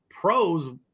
pros